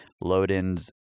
load-ins